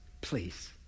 please